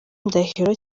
ndahiro